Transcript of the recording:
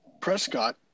Prescott